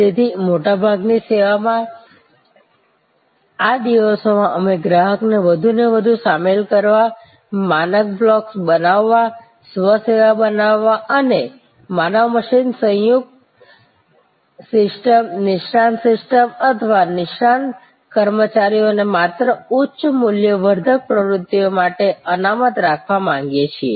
તેથી મોટાભાગની સેવાઓમાં આ દિવસોમાં અમે ગ્રાહકને વધુને વધુ સામેલ કરવા માનક બ્લોક્સ બનાવવા સ્વ સેવા બનાવવા અને માનવ મશીન સંયુક્ત સિસ્ટમ નિષ્ણાત સિસ્ટમ અને નિષ્ણાત કર્મચારીઓને માત્ર ઉચ્ચ મૂલ્યવર્ધક પ્રવૃત્તિઓ માટે અનામત રાખવા માંગીએ છીએ